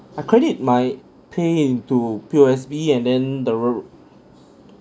I credit my pay into P_O_S_B and then the rr